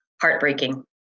heartbreaking